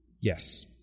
Yes